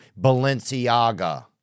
Balenciaga